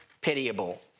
pitiable